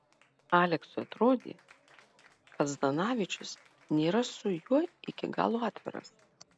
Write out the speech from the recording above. aleksui atrodė kad zdanavičius nėra su juo iki galo atviras